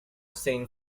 saint